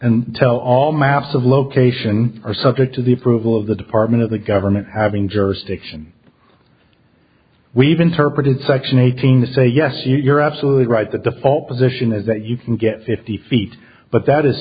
and tell all maps of location are subject to the approval of the department of the government having jurisdiction we've interpreted section eighteen to say yes you're absolutely right the default position is that you can get fifty feet but that is